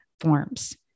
forms